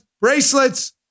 Bracelets